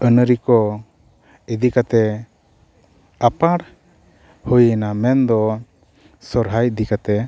ᱟᱹᱱ ᱟᱹᱨᱤ ᱠᱚ ᱤᱫᱤ ᱠᱟᱛᱮᱫ ᱟᱯᱱᱟᱨ ᱦᱩᱭᱱᱟ ᱢᱮᱱ ᱫᱚ ᱥᱚᱨᱦᱟᱭ ᱤᱫᱤ ᱠᱟᱛᱮᱫ